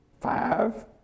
five